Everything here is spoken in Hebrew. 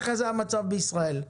זה המצב בישראל.